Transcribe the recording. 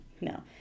No